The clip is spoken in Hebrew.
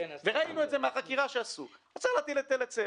וראינו את זה מהחקירה שעשו אז צריך להטיל היטל היצף.